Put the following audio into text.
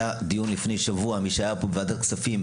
היה דיון לפני שבוע, מי שהיה פה, בוועדת הכספים,